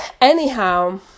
Anyhow